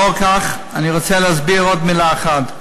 לאור כך, אני רוצה להסביר עוד מילה אחת.